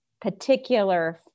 particular